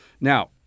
now